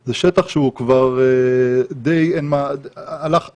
זה שטח שכבר די הלך עליו.